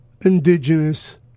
indigenous